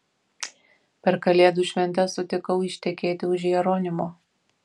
per kalėdų šventes sutikau ištekėti už jeronimo